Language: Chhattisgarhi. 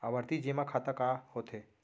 आवर्ती जेमा खाता का होथे?